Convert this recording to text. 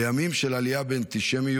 בימים של עלייה באנטישמיות,